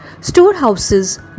storehouses